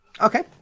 Okay